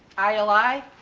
i l i,